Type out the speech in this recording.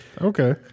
Okay